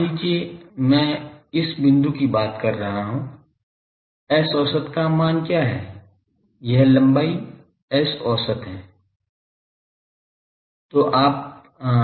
मान लीजिए मैं इस बिंदु की बात कर रहा हूं S औसत का मान क्या है यह लंबाई S औसत है